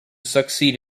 succeed